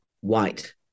white